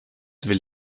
will